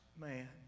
man